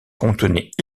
contenait